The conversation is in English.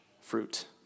fruit